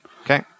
Okay